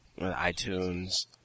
iTunes